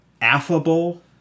affable